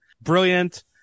Brilliant